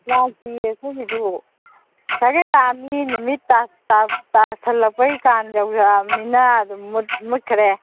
ꯂꯥꯛꯇꯤꯌꯦ ꯑꯩꯈꯣꯏꯒꯤꯁꯨ ꯉꯁꯥꯏꯈꯩ ꯂꯥꯛꯑꯝꯃꯤ ꯅꯨꯃꯤꯠ ꯇꯥꯁꯤꯜꯂꯛꯄꯒꯤ ꯀꯥꯟ ꯌꯧꯖꯔꯛꯑꯃꯤꯅ ꯑꯗꯨꯝ ꯃꯨꯠꯈꯔꯦ